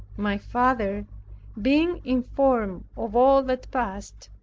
my father being informed of all that passed,